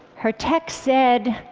her text said,